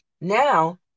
Now